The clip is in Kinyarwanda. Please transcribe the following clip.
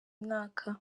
mwaka